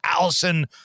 Allison